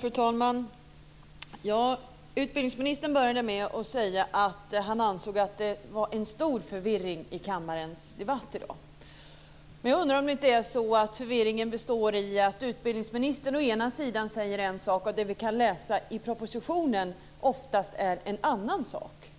Fru talman! Utbildningsministern började med att säga att han ansåg att det var stor förvirring i kammarens debatt i dag. Jag undrar om det inte är så att förvirringen består i att utbildningsministern säger en sak och att det vi kan läsa i propositionen oftast är en annan sak.